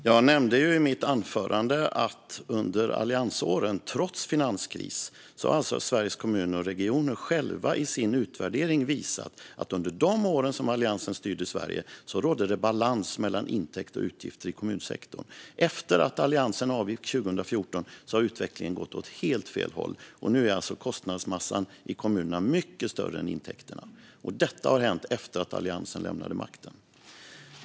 Herr talman! Jag nämnde i mitt anförande att Sveriges Kommuner och Regioner i sin egen utvärdering har visat att det under de år som Alliansen styrde Sverige trots finanskris rådde balans mellan intäkter och utgifter i kommunsektorn. Efter det att Alliansen avgick 2014 har utvecklingen gått åt helt fel håll. Nu är kostnadsmassan i kommunerna mycket större än intäkterna, och detta har hänt efter det att Alliansen lämnade makten.